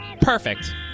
Perfect